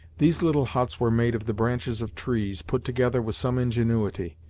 these little huts were made of the branches of trees, put together with some ingenuity,